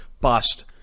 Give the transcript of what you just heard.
bust